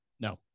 no